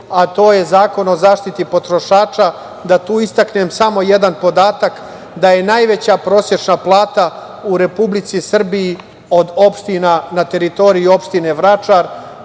a to je Zakon o zaštiti potrošača. Istakao bih samo jedan podatak da je najveća prosečna plata u Republici Srbiji od opština, na teritoriji opštine Vračar,